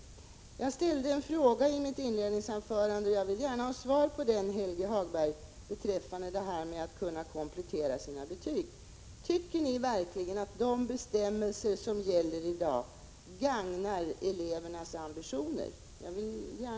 Jag ställde i mitt inledningsanförande en fråga om möjligheten att komplettera sina betyg, och jag vill gärna ha svar på den, Helge Hagberg. Tycker ni verkligen att de bestämmelser som gäller i dag stärker elevernas ambitioner?